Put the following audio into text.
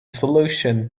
solution